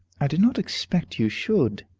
i do not expect you should.